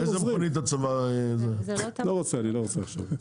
איזה מכונית הצבא --- אני לא רוצה עכשיו,